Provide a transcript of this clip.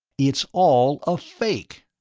it's all a fake!